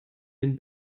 den